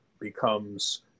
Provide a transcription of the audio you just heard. becomes